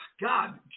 God